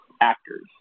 actors